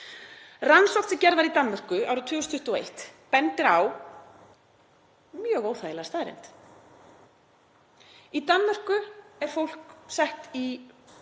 Rannsókn sem gerð var í Danmörku árið 2021 bendir á mjög óþægilega staðreynd. Í Danmörku er fólk sett í